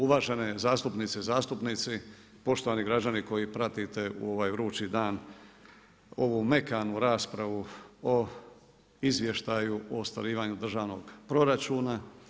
Uvažene zastupnice i zastupnici, poštovani građani koji pratite u ovaj vrući dan ovu mekanu raspravu o Izvještaju o ostvarivanju državnog proračun.